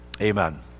amen